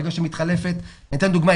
לדוגמה,